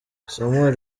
samuel